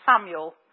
Samuel